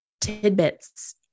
tidbits